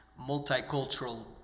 multicultural